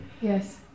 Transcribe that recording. Yes